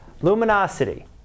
Luminosity